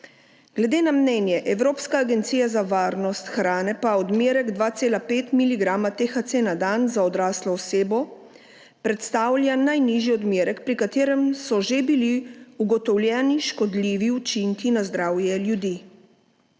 Glede na mnenje Evropske agencije za varnost hrane pa odmerek 2,5 mg THC na dan za odraslo osebo predstavlja najnižji odmerek, pri katerem so že bili ugotovljeni škodljivi učinki na zdravje ljudi.